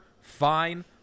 fine